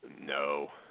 No